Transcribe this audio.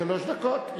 שלוש דקות?